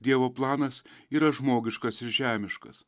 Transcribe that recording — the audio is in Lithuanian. dievo planas yra žmogiškas ir žemiškas